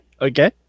Okay